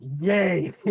yay